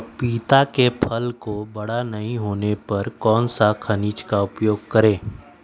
पपीता के फल को बड़ा नहीं होने पर कौन सा खनिज का उपयोग करें?